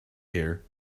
here